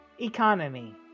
economy